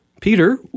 Peter